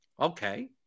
Okay